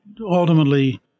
ultimately